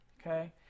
Okay